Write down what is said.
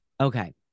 Okay